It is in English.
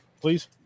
please